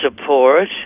support